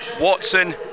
Watson